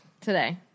today